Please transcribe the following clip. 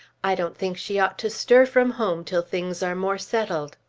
i don't think she ought to stir from home till things are more settled.